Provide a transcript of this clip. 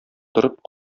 торып